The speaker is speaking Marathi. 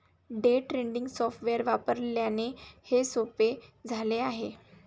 डे ट्रेडिंग सॉफ्टवेअर वापरल्याने हे सोपे झाले आहे